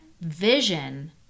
vision